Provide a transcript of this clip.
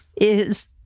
is-